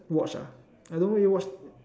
watch ah I don't really watch